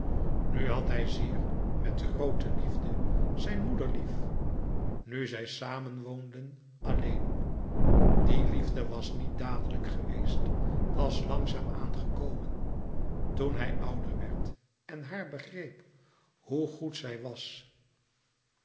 had hij zeer met groote liefde zijn moeder lief nu zij samen woonden alleen die liefde was niet dadelijk geweest was langzaam-aan gekomen toen hij ouder werd en haar begreep hoe goed zij was